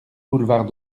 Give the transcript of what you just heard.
boulevard